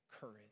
courage